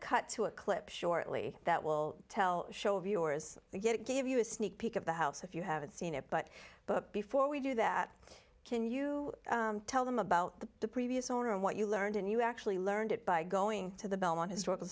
cut to a clip shortly that will tell show viewers get it give you a sneak peek of the house if you haven't seen it but but before we do that can you tell them about the previous owner and what you learned and you actually learned it by going to the belmont historical